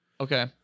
Okay